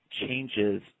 changes –